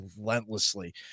relentlessly